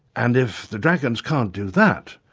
and if the dragons can't do that,